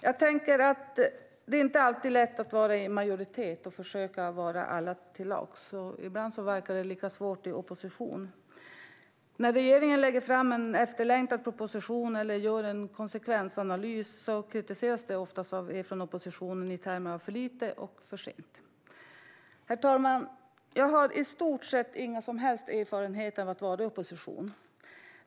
Jag tänker att det inte alltid är lätt att vara i majoritet och försöka vara alla till lags. Ibland verkar det vara lika svårt i opposition. När regeringen lägger fram en efterlängtad proposition eller gör en konsekvensanalys kritiseras det ofta från oppositionen i termer av att det är för lite och för sent. Herr talman! Jag har i stort sett ingen som helst erfarenhet av att vara i opposition.